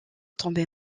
tombé